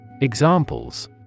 Examples